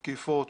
תקיפות,